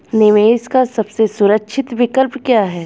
निवेश का सबसे सुरक्षित विकल्प क्या है?